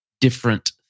different